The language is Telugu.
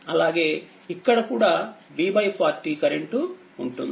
అలాగేఇక్కడ కూడా V40కరెంట్ ఉంటుంది